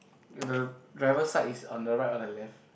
the driver side is on the right or the left